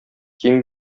киң